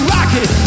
Rocket